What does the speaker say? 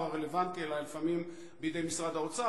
הרלוונטי אלא לפעמים בידי משרד האוצר,